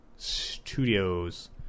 studios